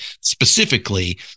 specifically